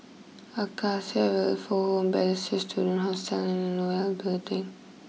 Acacia Welfare Home Balestier Student Hostel and Nol Building